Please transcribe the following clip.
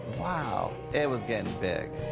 wow. it was getting big.